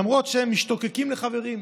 למרות שהם משתוקקים לחברים.